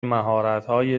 مهارتهای